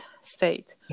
state